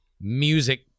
music